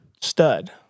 Stud